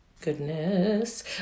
goodness